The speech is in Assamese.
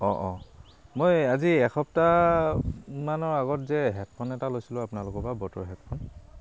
অঁ অঁ মই আজি এসপ্তাহমানৰ আগত যে হেডফোন এটা লৈছিলোঁ আপোনালোকৰ পৰা ব'টৰ হেডফোন